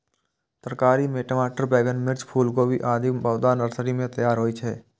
तरकारी मे टमाटर, बैंगन, मिर्च, फूलगोभी, आदिक पौधा नर्सरी मे तैयार होइ छै